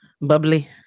bubbly